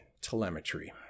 telemetry